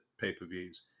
pay-per-views